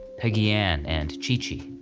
peggy ann, and chee-chee.